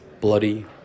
bloody